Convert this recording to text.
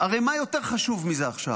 הרי מה יותר חשוב מזה עכשיו?